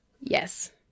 Yes